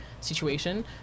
situation